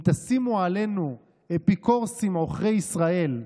אם תשימו עלינו אפיקורסים, עוכרי ישראל,